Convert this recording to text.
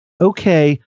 okay